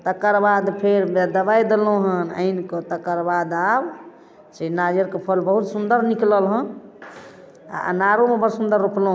तकर बाद फेर दवाइ देलहुॅं हन किन कऽ तकर बाद आब से नारिअरके फल बहुत सुन्दर निकलल हँ आ अनारोमे बड़ सुन्दर रोपलौ हन